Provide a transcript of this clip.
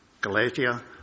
Galatia